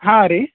ಹಾಂ ರೀ